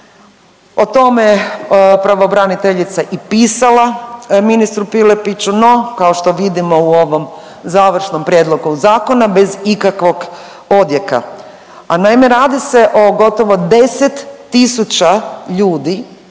O tome je pravobraniteljica i pisala ministru Piletiću, no kao što vidimo u ovom završnom prijedlogu zakona bez ikakvog odjeka. A naime radi se o gotovo 10000 ljudi